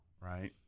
right